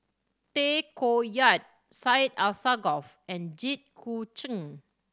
Tay Koh Yat Syed Alsagoff and Jit Koon Ch'ng